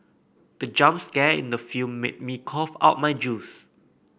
the jump scare in the film made me cough out my juice